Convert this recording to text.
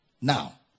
Now